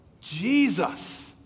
Jesus